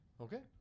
Okay